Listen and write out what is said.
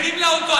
מורידים לה אותו,